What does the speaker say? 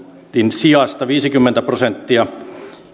sijasta viisikymmentä prosenttia